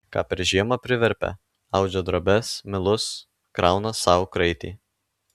ką per žiemą priverpia audžia drobes milus krauna sau kraitį